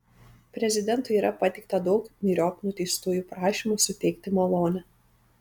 prezidentui yra pateikta daug myriop nuteistųjų prašymų suteikti malonę